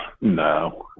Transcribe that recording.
no